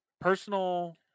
personal